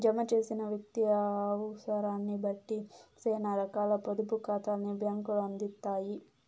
జమ చేసిన వ్యక్తి అవుసరాన్నిబట్టి సేనా రకాల పొదుపు కాతాల్ని బ్యాంకులు అందిత్తాయి